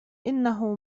إنه